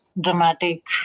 dramatic